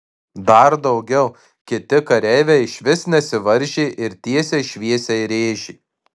dar daugiau kiti kareiviai išvis nesivaržė ir tiesiai šviesiai rėžė